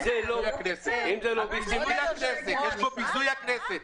אם זה לא --- יש פה ביזוי הכנסת.